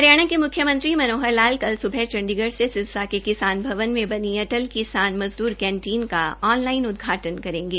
हरियाणा के म्ख्यमंत्री मनोहर लाल कल सुबह चंडीगढ़ से सिरसा के किसान भवन में बनी अटल किसान मज़दूर कैंटीन का ऑनलाइन उदघाटन करेंगे